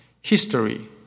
history